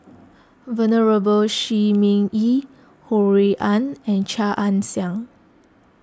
Venerable Shi Ming Yi Ho Rui An and Chia Ann Siang